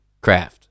craft